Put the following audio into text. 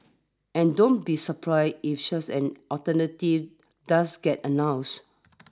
and don't be surprised if such an alternative does get announced